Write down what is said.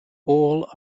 all